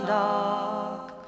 dark